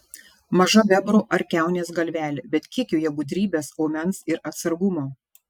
maža bebro ar kiaunės galvelė bet kiek joje gudrybės aumens ir atsargumo